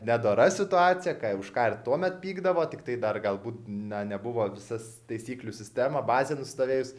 nedora situaciją ką už ką ir tuomet pykdavo tik tai dar galbūt na nebuvo visas taisyklių sistema bazė nusistovėjus